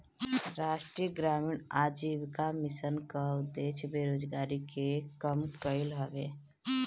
राष्ट्रीय ग्रामीण आजीविका मिशन कअ उद्देश्य बेरोजारी के कम कईल हवे